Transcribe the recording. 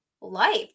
life